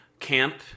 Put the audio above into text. camp